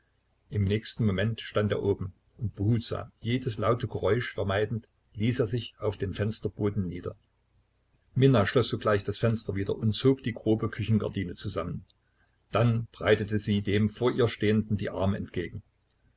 im nächsten moment stand er oben und behutsam jedes laute geräusch vermeidend ließ er sich auf den fensterboden nieder minna schloß sogleich das fenster wieder und zog die grobe küchengardine zusammen dann breitete sie dem vor ihr stehenden die arme entgegen